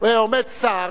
עומד שר,